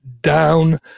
down